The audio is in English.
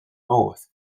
north